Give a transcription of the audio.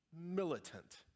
militant